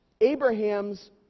Abraham's